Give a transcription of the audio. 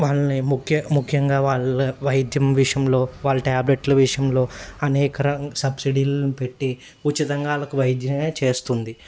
వాళ్ళని ముఖ్య ముఖ్యంగా వాళ్ళ వైద్యం విషయంలో వాళ్ళ ట్యాబ్లెట్లు విషయంలో అనేక ర సబ్సీడీలను పెట్టి ఉచితంగా వాళ్ళకు వైద్య చేస్తుంది